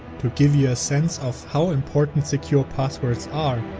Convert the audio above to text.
to give you a sense of how important secure passwords are,